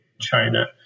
China